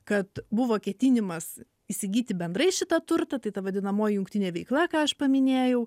kad buvo ketinimas įsigyti bendrai šitą turtą tai ta vadinamoji jungtinė veikla ką aš paminėjau